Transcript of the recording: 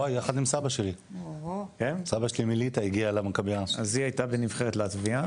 אז היא הייתה בנבחרת לטביה,